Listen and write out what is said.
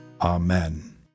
Amen